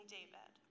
David